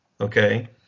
Okay